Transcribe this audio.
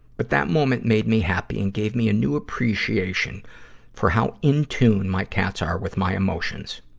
but that moment made me happy and gave me a new appreciation for how in tune my cats are with my emotions.